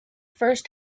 first